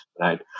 right